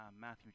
Matthew